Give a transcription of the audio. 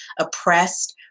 oppressed